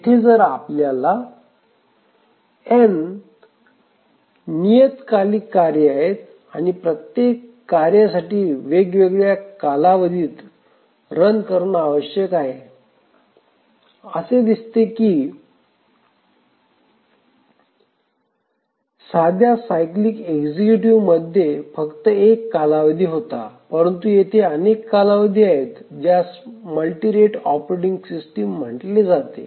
येथे जर आपल्याकडे n नियतकालिक कार्ये आहेत आणि प्रत्येक कार्यासाठी वेगळ्या कालावधीत रन करणे आवश्यक आहे असे दिसते की साध्या सायक्लीक कार्यकारी मध्ये फक्त एक कालावधी होता परंतु येथे अनेक कालावधी आहेत ज्यास मल्टी रेट ऑपरेटिंग सिस्टम म्हटले जाते